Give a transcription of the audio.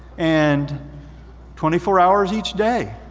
and twenty four hours each day,